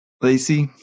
Lacey